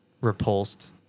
repulsed